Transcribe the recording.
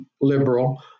liberal